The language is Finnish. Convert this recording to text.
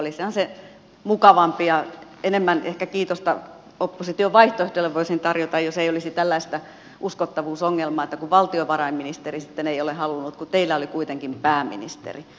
olisihan se mukavampi ja enemmän ehkä kiitosta opposition vaihtoehdolle voisin tarjota jos ei olisi tällaista uskottavuusongelmaa että valtiovarainministeri sitten ei ole halunnut kun teillä oli kuitenkin pääministeri